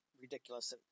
ridiculous